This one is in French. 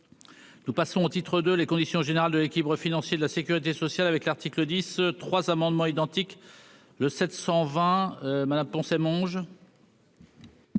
nous passons au titre de les conditions générales de l'équilibre financier de la Sécurité sociale avec l'article 10 3 amendements identiques, le 720 Madame Poncet Monge.